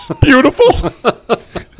Beautiful